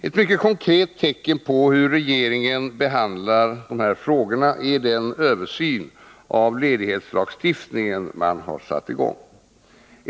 Ett mycket konkret tecken på hur regeringen behandlar dessa frågor är den översyn av ledighetslagstiftningen som man har satt i gång.